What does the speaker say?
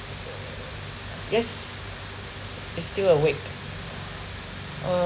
yes it's still awake